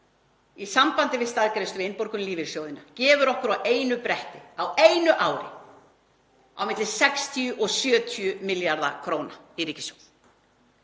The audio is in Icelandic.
í sambandi við staðgreiðslu við innborgun í lífeyrissjóðina, gæfi okkur á einu bretti, á einu ári, á milli 60 og 70 milljarða kr. í ríkissjóð.